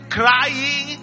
crying